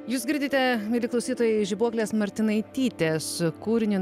jūs girdite mieli klausytojai žibuoklės martinaitytės kūrinį